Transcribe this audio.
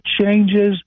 changes